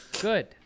Good